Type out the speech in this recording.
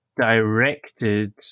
directed